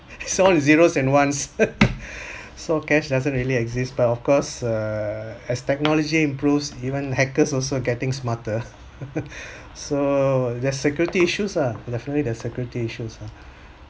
it's all zeros and ones so cash doesn't really exist but of course uh as technology improves even hackers also getting smarter so there's security issues ah definitely there's security issues